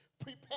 prepare